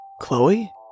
Chloe